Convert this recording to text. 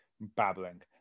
babbling